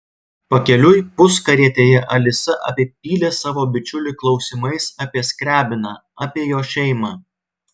pakeliui puskarietėje alisa apipylė savo bičiulį klausimais apie skriabiną apie jo šeimą